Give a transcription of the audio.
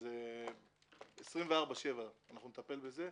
24/7 נטפל בזה,